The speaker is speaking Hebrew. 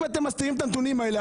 אם אתם מסתירים את הנתונים האלה,